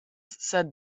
said